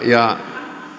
ja